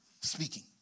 speaking